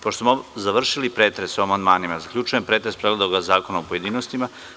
Pošto smo završili pretres o amandmanima, zaključujem pretres Predloga zakona u pojedinostima.